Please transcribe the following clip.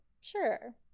Sure